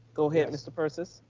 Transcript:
go ahead, mr. persis.